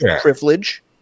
privilege